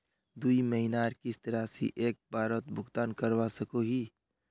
दुई महीनार किस्त राशि एक बारोत भुगतान करवा सकोहो ही?